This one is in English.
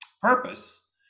purpose